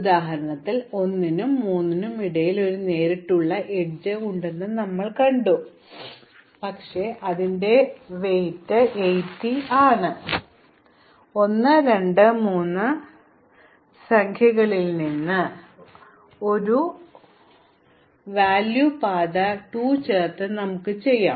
ഉദാഹരണത്തിന് ഈ ഉദാഹരണത്തിൽ 1 നും 3 നും ഇടയിൽ ഒരു നേരിട്ടുള്ള എഡ്ജ് ഉണ്ടെന്ന് ഞങ്ങൾ കാണുന്നു പക്ഷേ അതിന്റെ ഭാരം 80 ആണ് കൂടാതെ 1 2 3 ൽ നിന്ന് ഒരു ചെറിയ ചെലവ് പാത 2 ചേർത്ത് നമുക്ക് ചെയ്യാം